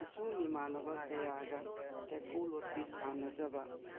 ꯏꯁꯨꯡ ꯏꯃꯥꯟꯅꯕ ꯀꯌꯥꯒ ꯀꯦꯀꯨ ꯂꯣꯠꯄꯤ ꯁꯥꯟꯅꯖꯕ